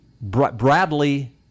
Bradley